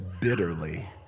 bitterly